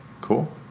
cool